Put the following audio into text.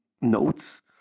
notes